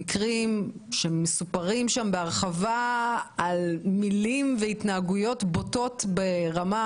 מסופרים שם בהרחבה מקרים והתנהגויות בוטות ברמה